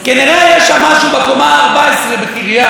כנראה יש שם משהו, בקומה ה-14 בקריה,